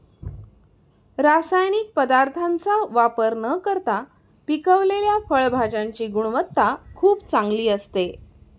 रासायनिक पदार्थांचा वापर न करता पिकवलेल्या फळभाज्यांची गुणवत्ता खूप चांगली असते